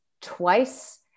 twice